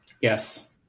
Yes